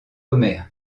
omer